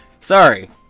Sorry